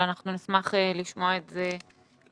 בכל מקרה, נשמח לשמוע על כך היום.